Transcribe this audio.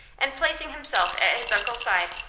and placing himself at his uncle's side,